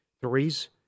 threes